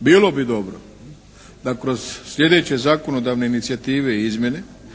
Bilo bi dobro da kroz slijedeće zakonodavne inicijative i izmjene